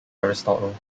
aristotle